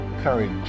courage